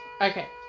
Okay